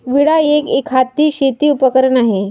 विळा एक, एकहाती शेती उपकरण आहे